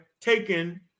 taken